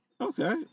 okay